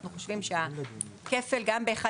אנחנו חושבים שהכפל הזה גם ב-1א,